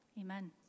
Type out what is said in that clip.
Amen